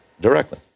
Directly